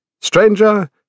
stranger